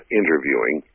interviewing